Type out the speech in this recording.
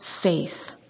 faith